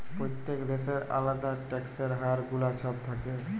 প্যত্তেক দ্যাশের আলেদা ট্যাক্সের হার গুলা ছব থ্যাকে